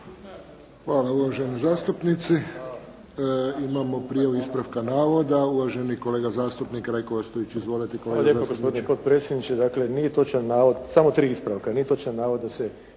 Hvala uvaženoj zastupnici. Imamo prijavu ispravka navoda, uvaženi kolega zastupnik Rajko Ostojić. Izvolite kolega zastupniče.